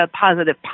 positive